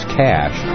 cash